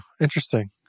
interesting